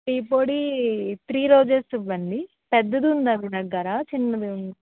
tea పొడి Three Roses ఇవ్వండి పెద్దది ఉందా మీ దగ్గర చిన్నది ఉం